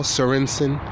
Sorensen